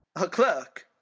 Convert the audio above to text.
a clerk!